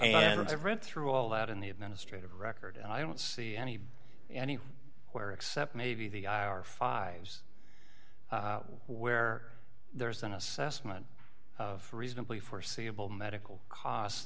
have read through all that in the administrative record and i don't see any any where except maybe the i r five's where there's an assessment of reasonably foreseeable medical costs